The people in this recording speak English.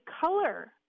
color